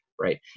Right